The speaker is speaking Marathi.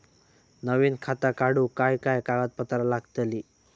नवीन खाता काढूक काय काय कागदपत्रा लागतली?